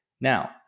Now